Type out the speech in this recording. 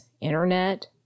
internet